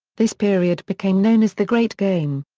this period became known as the great game.